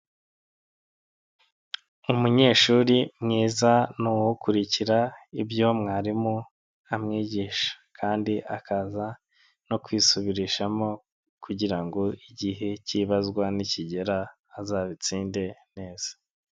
Umunyeshuri mwiza ni ukurikira ibyo mwarimu amwigisha kandi akaza no kwisubirishamo kugira ngo igihe k'ibazwa nikigera azabitsinde neza.